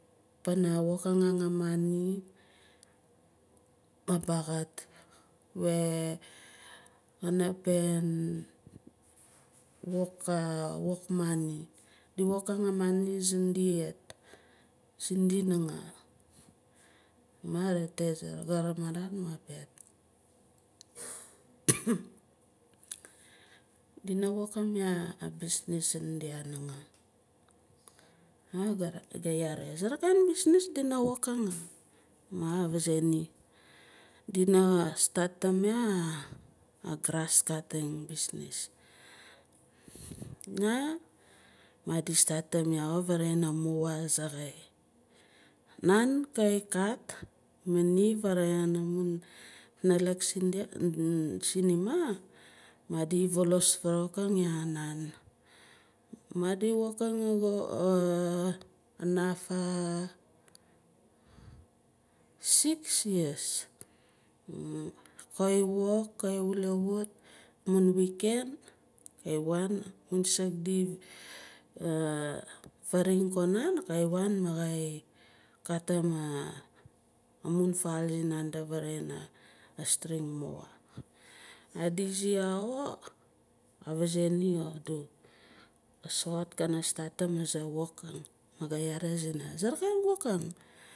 Pana wokang ang a moni ma baxut we kana peh wok moni di wokang a moni sindia nangaa ma rete savaga ka ramarat ma ka piaat dina wokang ya abusiness sindia nangaa ma ga yaare azare kain businis dina wokang ah? Ma ka vazae ni dina startim ya a grass cutting businis ma madi statim yah pana mower azaxai nan kai faramuking yah nan madi wokang xo kanaf six years ka wok ka wulewut amun weekend ok kai waan amun saak faring ko nan kai waan ma ngai katim amun vaal sinandi varing a string mower. Madi izi yah xo ka vazae ni adu ka soxot kana statim aza wokang. Ga yaare zina azere kain wokang?